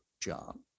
john